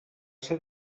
ser